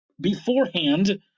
beforehand